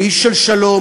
הוא איש של שלום,